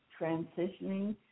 transitioning